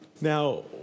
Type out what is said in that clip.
now